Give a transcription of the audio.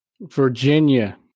Virginia